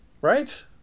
right